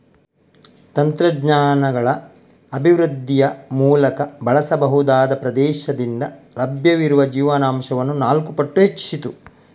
ತಂತ್ರಜ್ಞಾನಗಳ ಅಭಿವೃದ್ಧಿಯ ಮೂಲಕ ಬಳಸಬಹುದಾದ ಪ್ರದೇಶದಿಂದ ಲಭ್ಯವಿರುವ ಜೀವನಾಂಶವನ್ನು ನಾಲ್ಕು ಪಟ್ಟು ಹೆಚ್ಚಿಸಿತು